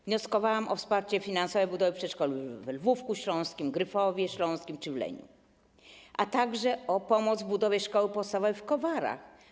Wnioskowałam o wsparcie finansowe budowy przedszkoli we Lwówku Śląskim, w Gryfowie Śląskim czy we Wleniu, a także o pomoc przy budowie szkoły podstawowej w Kowarach.